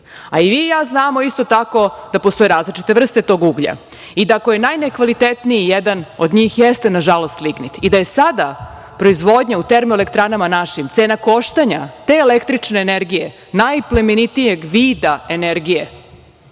vi i ja znamo isto tako, da postoje različite vrste tog uglja, i da ako je najnekvalitetniji jedan od njih jeste, na žalost lignit i da je sada proizvodnja u termoelektranama našim, cena koštanja te električne energije, najplemenitijeg vida energije,